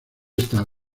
esta